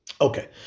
Okay